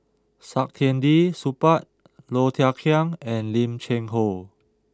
Saktiandi Supaat Low Thia Khiang and Lim Cheng Hoe